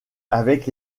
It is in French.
avec